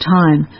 time